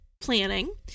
planning